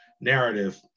narrative